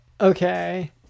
Okay